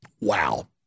Wow